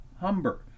Humber